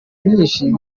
myinshi